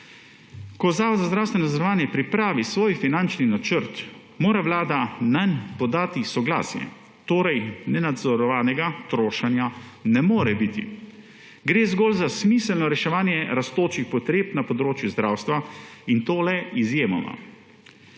Ko Zavod za zdravstveno zavarovanje pripravi svoj finančni načrt, mora Vlada nanj podati soglasje, torej nenadzorovanega trošenja ne more biti. Gre zgolj za smiselno reševanje rastočih potreb na področju zdravstva, in to le izjemoma.